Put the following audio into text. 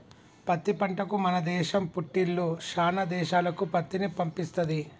పత్తి పంటకు మన దేశం పుట్టిల్లు శానా దేశాలకు పత్తిని పంపిస్తది